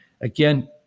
Again